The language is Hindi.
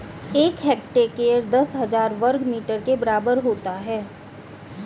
एक हेक्टेयर दस हजार वर्ग मीटर के बराबर होता है